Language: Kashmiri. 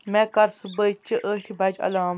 مےٚ کر صُبحٲچہٕ ٲٹھہِ بَجہ اَلام